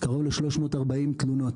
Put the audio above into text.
קרוב ל-340 תלונות.